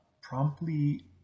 promptly